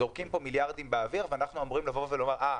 זורקים פה מיליארדים באוויר ואנחנו אמורים לומר: אה,